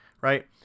right